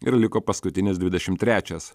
ir liko paskutinis dvidešim trečias